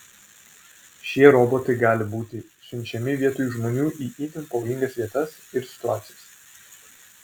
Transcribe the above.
šie robotai gali būti siunčiami vietoj žmonių į itin pavojingas vietas ir situacijas